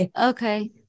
Okay